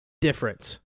difference